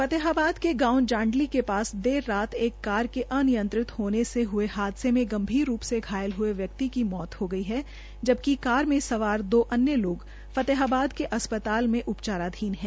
फतेहाबाद के गांव जांडली के पास देर रात एक कार के अनियत्रित होने से हये हादसे में गंभीर रूप से घायल हये व्यक्ति की मौत हो गई जबकि कार में सवार दो अन्य लोग फतेहाबाद के अस्पताल में उपचाराधीन है